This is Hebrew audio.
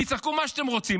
תצעקו מה שאתם רוצים.